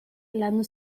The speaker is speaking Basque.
landu